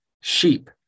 sheep